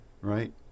right